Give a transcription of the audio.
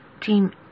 Team